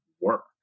work